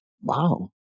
Wow